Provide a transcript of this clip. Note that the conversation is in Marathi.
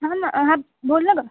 हां ना हां बोल ना गं